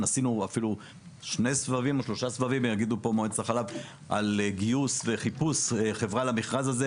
עשינו אפילו שניים או שלושה סבבים לגיוס וחיפוש חברה למכרז הזה